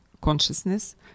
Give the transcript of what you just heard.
consciousness